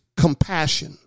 compassion